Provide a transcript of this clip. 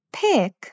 pick